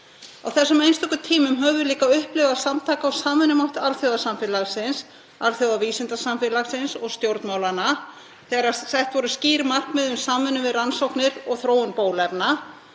Á þessum einstöku tímum höfum við líka upplifað samtaka- og samvinnumátt alþjóðasamfélagsins, alþjóðavísindasamfélagsins og stjórnmálanna, þegar sett voru skýr markmið um samvinnu við rannsóknir og þróun bóluefna.